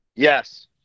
Yes